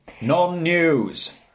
Non-news